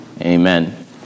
Amen